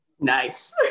nice